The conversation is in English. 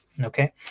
okay